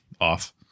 off